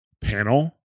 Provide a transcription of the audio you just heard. panel